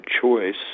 choice